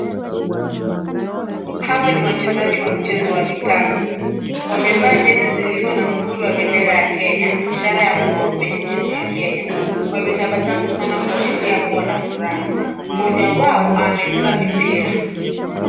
Hawa ni wachezaji wa mchezo wa vikapu. wamevaa jezi zilizo na muhuri wa bendera ya Kenya, ishara ya kuwa kwenye timu ya Kenya, wametabasamu sana kuashiria kuwa na furaha, mmoja wao amebeba mipira.